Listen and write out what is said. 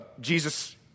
Jesus